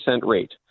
rate